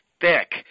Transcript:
thick